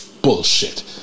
bullshit